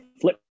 flip